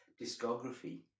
discography